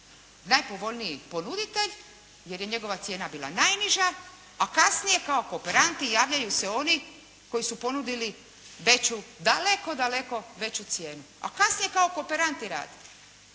najpovoljniji ponuditelj jer je njegova cijena bila najniža, a kasnije kao kooperanti javljaju se oni koji su ponudili veću, daleko daleko veću cijenu, a kasnije kao kooperanti rade.